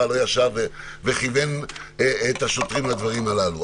לא ישב וכיוון את השוטרים לדברים הללו.